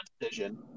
decision